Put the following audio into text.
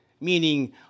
meaning